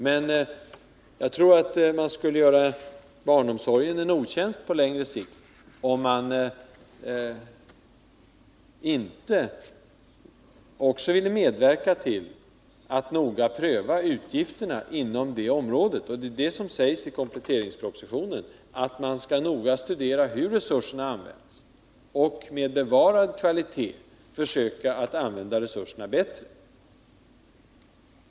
Men jag tror att man gör barnomsorgen en otjänst på längre sikt, om man inte vill medverka till att noga pröva utgifterna inom det området. Det sägs också i kompletteringspropositionen att man skall noga studera hur resurserna används och med bevarad kvalitet försöka att använda resurserna bättre.